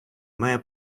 має